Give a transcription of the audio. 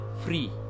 free